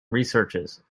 researches